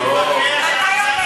אתה רוצה להתווכח על, לא.